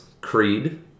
Creed